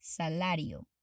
salario